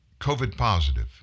COVID-positive